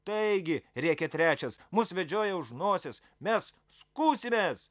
taigi rėkė trečias mus vedžioja už nosies mes skųsimės